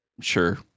Sure